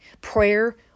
prayer